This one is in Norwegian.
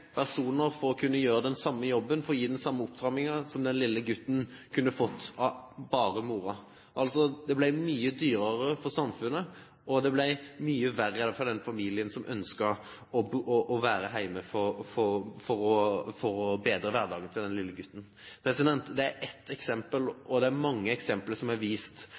personer for å gjøre den samme jobben, for å gi den samme opptreningen som den lille gutten kunne ha fått av bare moren. Det ble altså mye dyrere for samfunnet, og det ble mye verre for familien som ønsket å være hjemme for å bedre hverdagen til den lille gutten. Dette er ett eksempel, og det er vist mange eksempler. Derfor vil jeg bare si at det er flott at TV 2 har